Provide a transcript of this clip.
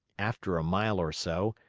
after a mile or so,